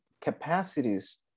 capacities